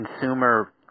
consumer